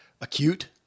acute